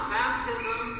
baptism